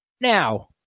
now